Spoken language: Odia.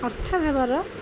ଅର୍ଥଭାବର